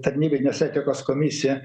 tarnybinės etikos komisija